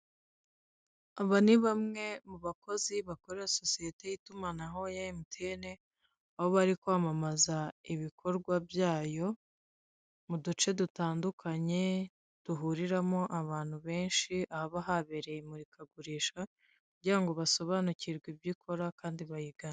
Aba ni bamwe mu bakozi bakorera sosiyete y'itumanaho ya emutiyeni aho bari kwamamaza ibikorwa byayo, mu duce dutandukanye duhuriramo abantu benshi haba habereye imurikagurisha, kugira ngo basobanukirwe ibyo ikora kandi bayigane.